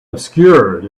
obscured